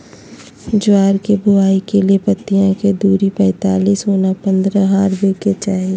ज्वार के बुआई के लिए पंक्तिया के दूरी पैतालीस गुना पन्द्रह हॉवे के चाही